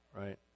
right